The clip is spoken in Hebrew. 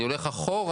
אני הולך אחורה,